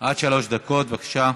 זה חוק ה-61.